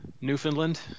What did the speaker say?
Newfoundland